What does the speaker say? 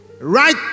right